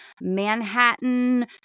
Manhattan